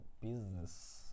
business